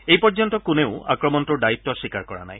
এই পৰ্যন্ত কোনেও আক্ৰমণটোৰ দায়িত্ব স্বীকাৰ কৰা নাই